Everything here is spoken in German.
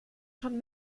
schon